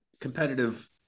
competitive